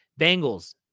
Bengals